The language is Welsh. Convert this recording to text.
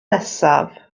nesaf